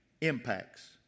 impacts